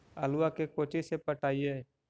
आलुआ के कोचि से पटाइए?